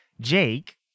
Jake